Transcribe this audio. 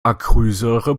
acrylsäure